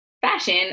fashion